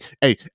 hey